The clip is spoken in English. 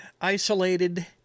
isolated